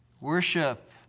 worship